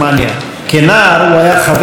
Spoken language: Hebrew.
כנער הוא היה חבר באצ"ל